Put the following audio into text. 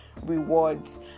rewards